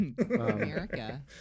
America